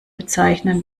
bezeichnen